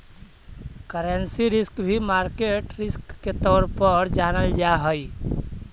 currency risk भी market risk के तौर पर जानल जा हई